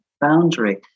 boundary